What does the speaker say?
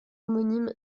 homonyme